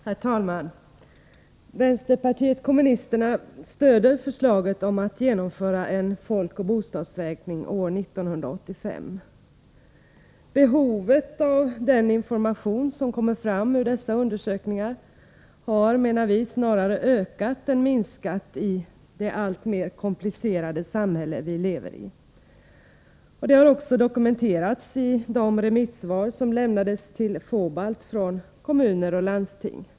Herr talman! Vänsterpartiet kommunisterna stöder förslaget om att man skall genomföra en folkoch bostadsräkning år 1985. Behovet av den information som kommer fram ur dessa undersökningar har snarare ökat än minskat i det alltmer komplicerade samhälle vi lever i. Det har också dokumenterats i de remissvar som lämnades till FOBALT från kommuner och landsting.